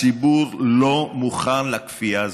הציבור לא מוכן לכפייה הזאת.